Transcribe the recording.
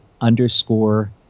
underscore